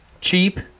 cheap